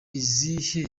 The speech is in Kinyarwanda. izihe